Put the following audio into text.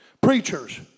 Preachers